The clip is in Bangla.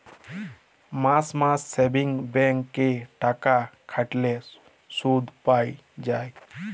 মাস মাস সেভিংস ব্যাঙ্ক এ টাকা খাটাল্যে শুধ পাই যায়